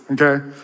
okay